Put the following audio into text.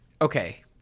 okay